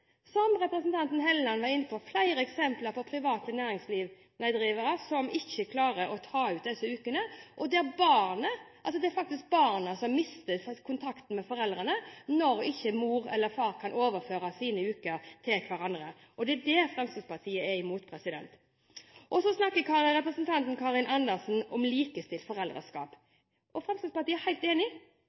Som representanten Hofstad Helleland var inne på, er det flere eksempler på private næringsdrivende som ikke klarer å ta ut disse ukene. Det er faktisk barna som mister kontakten med foreldrene når verken mor eller far kan overføre sine uker til hverandre, og det er det Fremskrittspartiet er imot. Representanten Karin Andersen snakket om likestilt foreldreskap. Fremskrittspartiet er helt enig.